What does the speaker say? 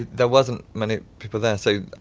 there wasn't many people there, so